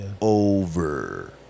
over